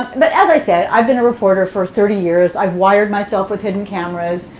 but as i said, i've been a reporter for thirty years. i've wired myself with hidden cameras.